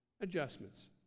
adjustments